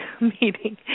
meeting